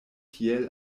tiel